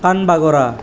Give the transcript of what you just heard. কাণ বাগৰা